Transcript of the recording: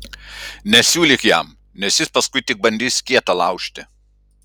nesiūlyk jam nes jis paskui tik bandys kietą laužti